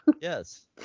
Yes